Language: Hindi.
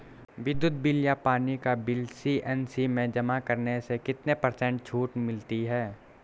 विद्युत बिल या पानी का बिल सी.एस.सी में जमा करने से कितने पर्सेंट छूट मिलती है?